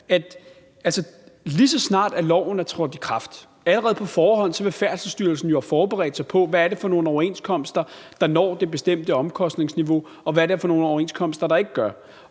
lige så snart loven er trådt i kraft, vil have forberedt sig på, hvad det er for nogle overenskomster, der når det bestemte omkostningsniveau, og hvad det er for nogle overenskomster, der ikke gør.